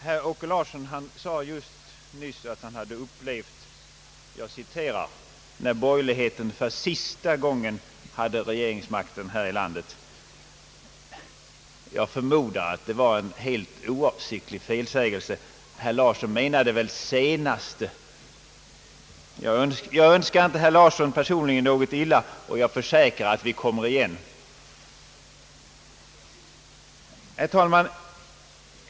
Herr talman! Herr Åke Larsson sade nyss att han upplevt »när borgerligheten för sista gången hade regeringsmakten här i landet». Jag förmodar att det var en helt oavsiktlig felsägelse. Herr Larsson menade väl »senaste». Jag önskar inte heller Larsson personligen något illa, och jag försäkrar att vi kommer igen. Herr talman!